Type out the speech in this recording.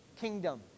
kingdom